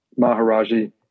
Maharaji